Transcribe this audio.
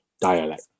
dialect